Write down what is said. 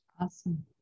Awesome